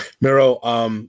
Miro